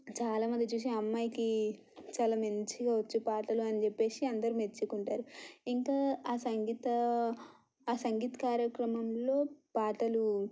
చాలా మంది చూసి ఆ అమ్మాయికి చాలా మంచిగా వచ్చు పాటలు అని చెప్పేసి అందరు మెచ్చుకుంటారు ఇంకా ఆ సంగీత ఆ సంగీత్ కార్యక్రమంలో పాటలు